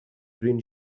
green